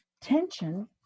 tension